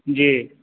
जी